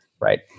right